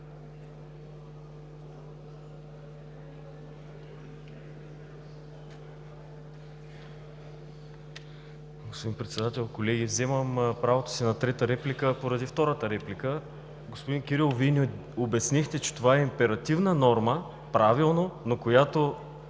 Господин Председател, колеги! Вземам правото си на трета реплика, поради втората реплика. Господин Кирилов, Вие ни обяснихте, че това е императивна норма – правилно, но която